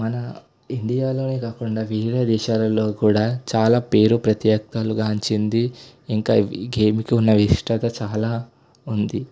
మన ఇండియాలో కాకుండా వేరే దేశాలలో కూడా చాలా పేరు ప్రఖ్యాతలు గాంచింది ఇంకా ఈ గేమ్కి ఉన్న విశిష్టత చాలా ఉంది